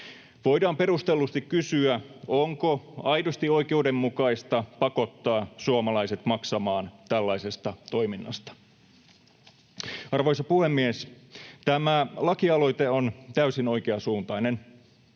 Voidaan perustellusti kysyä, onko aidosti oikeudenmukaista pakottaa suomalaiset maksamaan tällaisesta toiminnasta. Arvoisa puhemies! Tämä lakialoite on täysin oikeansuuntainen.